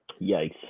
yikes